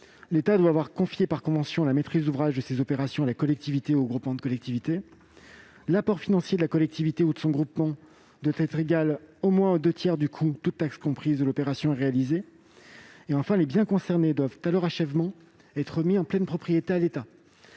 l'État doit avoir confié, par convention, la maîtrise d'ouvrage de ses opérations à la collectivité ou au groupement de collectivités ; l'apport financier de la collectivité ou de son groupement doit être égal au moins aux deux tiers du coût, toutes taxes comprises, de l'opération réalisée ; les biens concernés doivent, à leur achèvement, être remis en pleine propriété à l'État.